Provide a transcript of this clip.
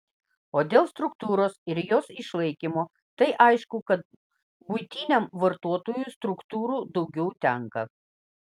o dėl struktūros ir jos išlaikymo tai aišku kad buitiniam vartotojui struktūrų daugiau tenka